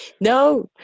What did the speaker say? no